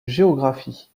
géographie